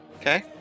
Okay